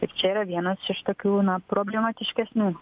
ir čia yra vienas iš tokių na problematiškesnių